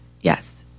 yes